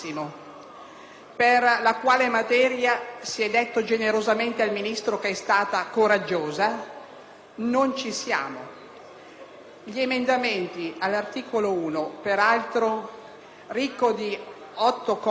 per la quale materia si è detto generosamente al Ministro che è stata coraggiosa. Non ci siamo. Gli emendamenti all'articolo 1, peraltro ricco di otto commi,